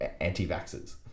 anti-vaxxers